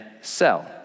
sell